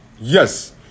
Yes